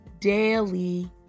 daily